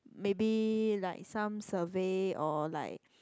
maybe like some survey or like